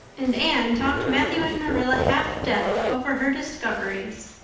and anne talked matthew and marilla half-deaf over her discoveries.